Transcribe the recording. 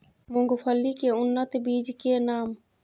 मूंगफली के उन्नत बीज के नाम?